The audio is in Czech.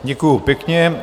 Děkuji pěkně.